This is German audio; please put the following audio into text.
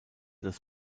das